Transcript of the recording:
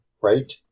right